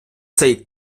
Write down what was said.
цей